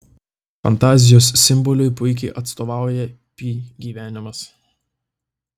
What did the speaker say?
fantazijos simboliui puikiai atstovauja pi gyvenimas